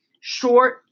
short